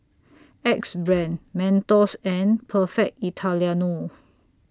Axe Brand Mentos and Perfect Italiano